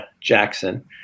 Jackson